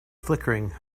flickering